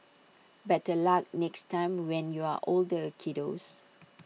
better luck next time when you're older kiddos